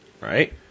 right